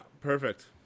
perfect